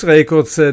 Records